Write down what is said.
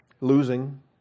losing